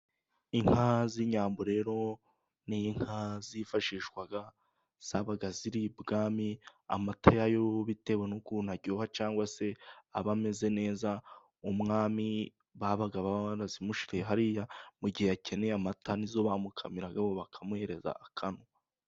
Inka z'Inyambo rero ni inka zifashishwaga ,zabaga ziri ibwami amata yayo bitewe n'ukuntu aryoha, cyangwa se aba ameze neza ,umwami babaga barazimushyiriye hariya ,mu gihe akeneye amata, ni zo bamukamiraga bakamuhereza akanywa.